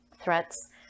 threats